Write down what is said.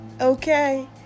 okay